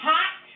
Hot